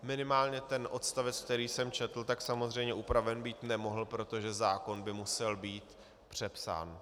Minimálně ten odstavec, který jsem četl, samozřejmě upraven být nemohl, protože zákon by musel být přepsán.